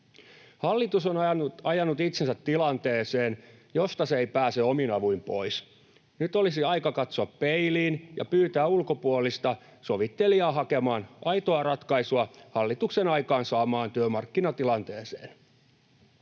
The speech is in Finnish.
Hallitus on ajanut itsensä tilanteeseen, josta se ei pääse omin avuin pois. Nyt olisi aika katsoa peiliin ja pyytää ulkopuolista sovittelijaa hakemaan aitoa ratkaisua hallituksen aikaansaamaan työmarkkinatilanteeseen.